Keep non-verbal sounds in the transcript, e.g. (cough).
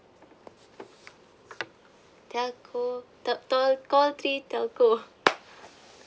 telco call three telco (laughs)